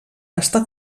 està